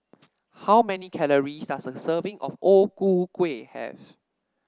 how many calories does a serving of O Ku Kueh have